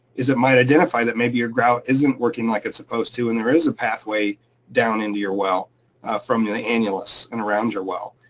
is it might identify that maybe your grout isn't working like it's supposed to, and there is a pathway down into your well from the annulus and around your well.